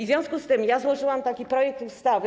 W związku z tym złożyłam taki projekt ustawy.